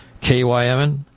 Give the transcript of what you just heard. KYMN